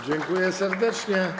Dziękuję serdecznie.